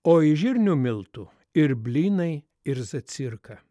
o iš žirnių miltų ir blynai ir zacirka